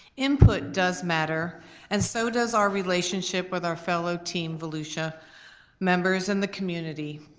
input does matter, and so does our relationship with our fellow team volusia members and the community.